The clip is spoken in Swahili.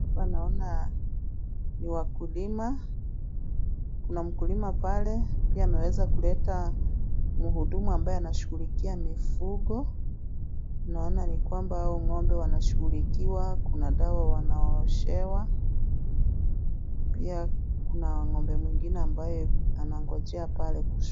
Hapa naona ni wakulima, kuna mkulima pale pia ameweza kuleta mhudumu ambaye anashughulikia mifugo. Naona ni kwamba hawa ng'ombe wanashughulikiwa na kuna dawa wanaoshewa. Pia kuna ng'ombe mwingine ambaye anangojea pale.